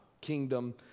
kingdom